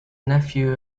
nephew